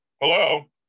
Hello